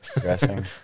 dressing